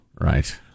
right